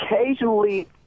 occasionally